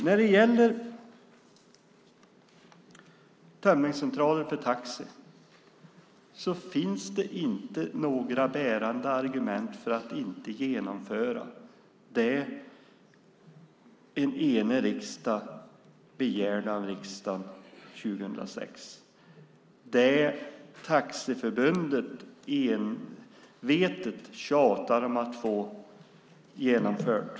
När det gäller tömningscentraler för taxi finns det inte några bärande argument för att inte genomföra det en enig riksdag begärde av regeringen 2006, det Svenska Taxiförbundet envetet tjatar om att få genomfört.